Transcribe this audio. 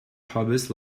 hobbits